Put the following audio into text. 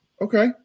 Okay